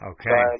Okay